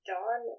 Don